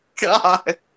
god